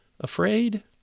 Afraid